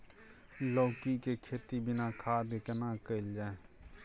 लौकी के खेती बिना खाद के केना कैल जाय?